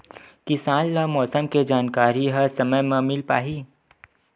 किसान ल मौसम के जानकारी ह समय म मिल पाही?